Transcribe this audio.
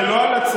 זה לא הלצה.